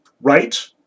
right